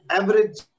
average